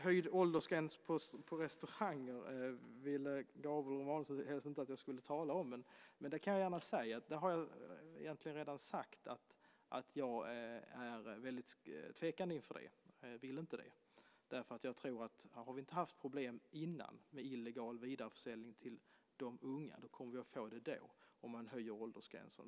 Höjd åldersgräns på restauranger ville Gabriel Romanus helst inte att jag skulle tala om. Men jag kan gärna säga, som jag redan har sagt, att jag är väldigt tvekande inför det och inte vill ha det. Har vi inte tidigare haft problem med illegal vidareförsäljning till de unga tror jag att vi kommer att få det om vi höjer åldersgränsen.